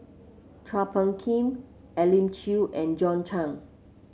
Chua Phung Kim Elim Chew and John Clang